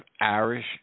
Irish